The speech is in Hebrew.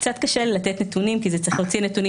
קצת קשה לי לתת נתונים כי צריך להוציא אותם